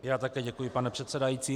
Já také děkuji, pane předsedající.